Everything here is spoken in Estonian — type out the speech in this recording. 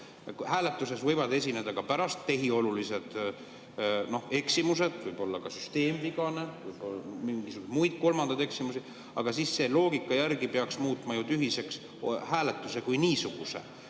Hääletuses võivad esineda ka pärast tehiolulised eksimused, võib-olla on süsteem vigane, võib olla mingisuguseid muid, kolmandaid eksimusi. Aga selle loogika järgi peaks muutma ju tühiseks hääletuse kui niisuguse.